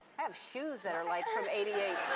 i've shoes that are, like, from eighty eight.